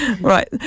Right